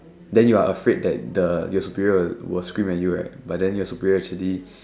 then you're afraid that the your superior was scream at you right but then your superior actually